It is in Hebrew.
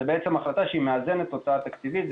זאת החלטה שמאזנת הוצאה תקציבית.